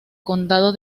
condado